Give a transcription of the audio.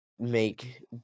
make